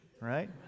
right